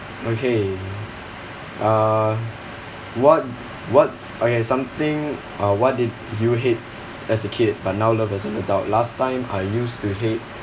okay uh what what okay something uh what did you hate as a kid but now love as an adult last time I used to hate